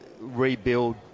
rebuild